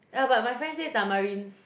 ya but my friend say tamarind's